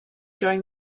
during